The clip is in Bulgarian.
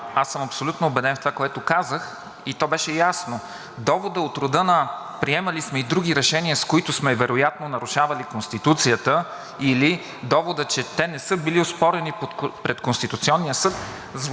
Аз съм абсолютно убеден в това, което казах, и то беше ясно. Доводът от рода на приемали сме и други решения, с които вероятно сме нарушавали Конституцията, или доводът, че те не са били оспорени пред Конституционния съд,